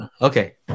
okay